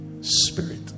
spirit